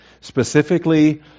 Specifically